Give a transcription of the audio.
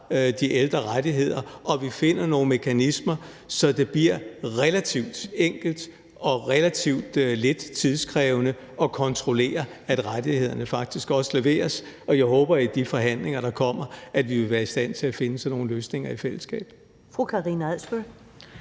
de ældre rettigheder, og at vi finder nogle mekanismer, så det bliver relativt enkelt og relativt lidt tidskrævende at kontrollere, at rettighederne faktisk også leveres. Jeg håber, at vi i de forhandlinger, der kommer, vil være i stand til at finde sådan nogle løsninger i fællesskab.